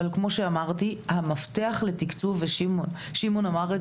כמו שאמרתי, המפתח לתקצוב, ושמעון אמר את